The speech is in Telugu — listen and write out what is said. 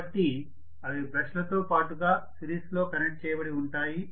కాబట్టి అవి బ్రష్ లతో పాటుగా సిరీస్లో కనెక్ట్ చేయబడి ఉంటాయి